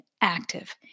active